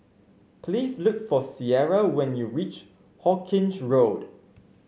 please look for Ciera when you reach Hawkinge Road